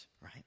right